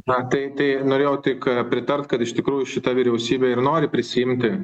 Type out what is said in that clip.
na tai tai norėjau tik pritart kad iš tikrųjų šita vyriausybė ir nori prisiimti